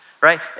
Right